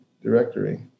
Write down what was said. directory